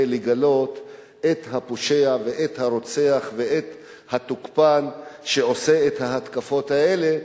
לגלות את הפושע ואת הרוצח ואת התוקפן שעושה את ההתקפות אלה,